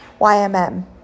YMM